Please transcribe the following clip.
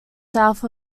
south